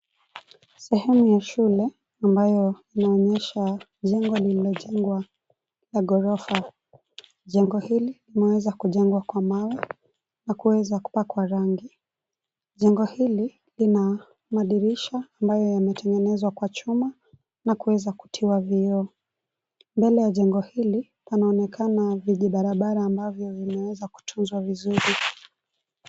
Sehemu ya shule ambayo inaonyesha jengo lililojengwa la ghorofa. Jengo hili limeweza kujengwa kwa mawe na kuweza kupakwa rangi. Jengo hili lina madirisha ambayo yametengenezwa kwa chuma na kuweza kutiwa vioo. Mbele ya jengo hili panaonekana vijibarabara ambavyo vimeweza kutunzwa vizuri.